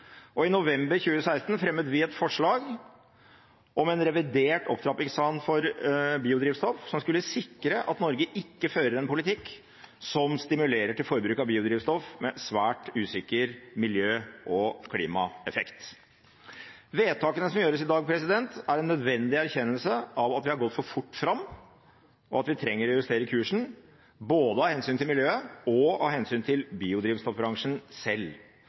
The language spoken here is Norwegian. I november 2016 fremmet vi et forslag om en revidert opptrappingsplan for biodrivstoff som skulle sikre at Norge ikke fører en politikk som stimulerer til forbruk av biodrivstoff med svært usikker miljø- og klimaeffekt. Vedtakene som gjøres i dag, er en nødvendig erkjennelse av at vi har gått for fort fram, og at vi trenger å justere kursen, både av hensyn til miljøet og av hensyn til biodrivstoffbransjen selv.